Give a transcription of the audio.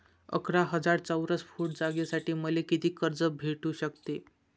अकरा हजार चौरस फुट जागेसाठी मले कितीक कर्ज भेटू शकते?